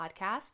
podcast